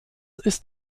ist